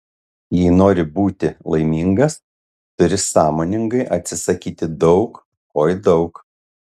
jei nori būti laimingas turi sąmoningai atsisakyti daug oi daug